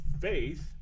faith